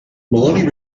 maloney